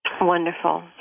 Wonderful